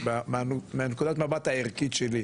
מנקודת מבט הערכית שלי,